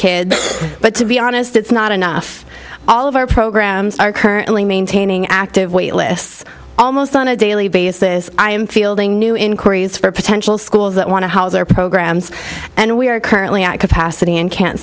kids but to be honest it's not enough all of our programs are currently maintaining active wait lists almost on a daily basis i am fielding new inquiries for potential schools that want to house our programs and we are currently at capacity and can't